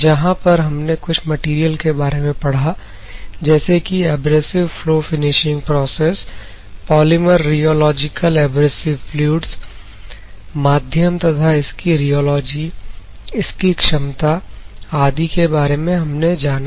जहां पर हमने कुछ मटेरियल के बारे में पढ़ा जैसे कि abrasive flow finishing process polymer rheological abrasive fluids माध्यम तथा इसकी रियोलॉजी इसकी क्षमता आदि के बारे में हमने जाना